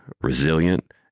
resilient